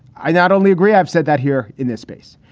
i not only agree, i've said that here in this space,